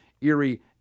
Erie